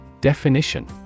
Definition